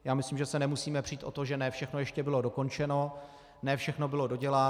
Já myslím, že se nemusíme přít o to, že ne všechno ještě bylo dokončeno, ne všechno bylo doděláno.